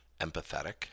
empathetic